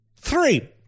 three